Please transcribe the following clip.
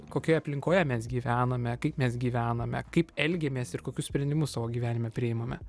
kokioje aplinkoje mes gyvename kaip mes gyvename kaip elgiamės ir kokius sprendimus savo gyvenime priimame